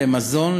למזון,